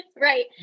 Right